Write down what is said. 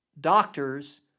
doctors